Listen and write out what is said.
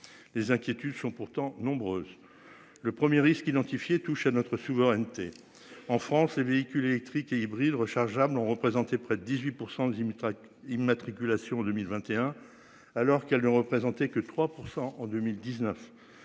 Les inquiétudes sont pourtant nombreuses. Le premier risque identifié touche à notre souveraineté. En France, les véhicules électriques et hybrides rechargeables ont représenté près de 18 pour 110.000 tracts immatriculations 2021 alors qu'elle ne représentait que 3% en 2019.